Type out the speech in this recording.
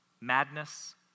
madness